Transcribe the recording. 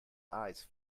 eyes